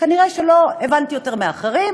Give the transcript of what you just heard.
כנראה לא הבנתי יותר מאחרים,